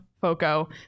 Foco